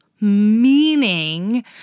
meaning